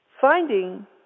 finding